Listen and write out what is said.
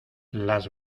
las